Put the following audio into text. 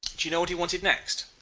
do you know what he wanted next?